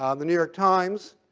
um the new york times,